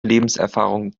lebenserfahrung